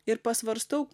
ir pasvarstau